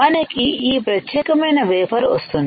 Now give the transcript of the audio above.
మనకి ఈ ప్రత్యేకమైన వేఫర్ వస్తుంది